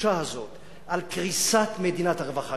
התחושה הזאת של קריסת מדינת הרווחה.